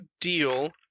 deal